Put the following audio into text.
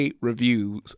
reviews